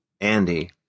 Andy